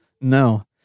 No